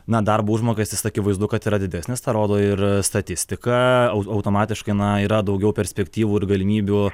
na darbo užmokestis akivaizdu kad yra didesnis tą rodo ir statistika automatiškai na yra daugiau perspektyvų ir galimybių